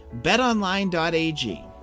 BetOnline.ag